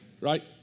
right